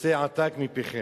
יצא עתק מפיכם".